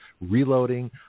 reloading